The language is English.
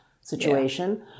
situation